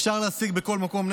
אפשר להשיג נשק בכל מקום.